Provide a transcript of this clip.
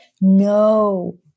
no